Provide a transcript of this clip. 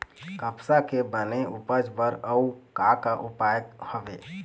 कपास के बने उपज बर अउ का का उपाय हवे?